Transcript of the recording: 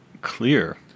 clear